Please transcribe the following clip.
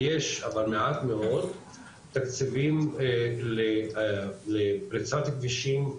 ויש אבל מעט מאוד תקציבים לפריסת הכבישים,